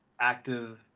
active